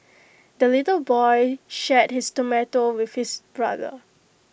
the little boy shared his tomato with his brother